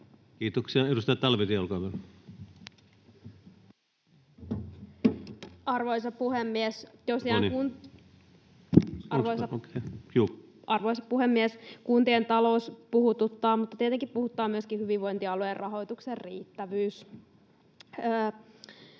hallinnonala Time: 13:05 Content: Arvoisa puhemies! Kuntien talous puhututtaa, mutta tietenkin puhuttaa myöskin hyvinvointialueiden rahoituksen riittävyys.